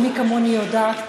ומי כמוני יודעת,